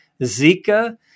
Zika